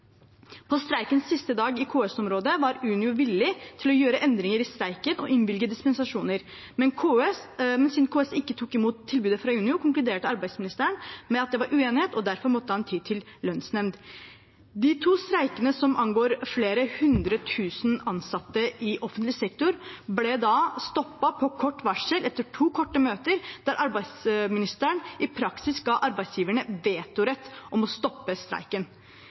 På streikens siste dag i KS-området var Unio villig til å gjøre endringer i streiken og innvilge dispensasjoner. Men siden KS ikke tok imot tilbudet fra Unio, konkluderte arbeidsministeren med at det var uenighet, og derfor måtte han ty til lønnsnemnd. De to streikene, som angår flere hundretusen ansatte i offentlig sektor, ble da stoppet på kort varsel etter to korte møter der arbeidsministeren i praksis ga arbeidsgiverne vetorett når det gjaldt å stoppe streiken.